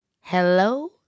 Hello